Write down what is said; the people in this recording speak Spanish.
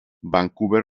vancouver